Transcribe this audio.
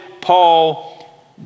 Paul